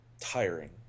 tiring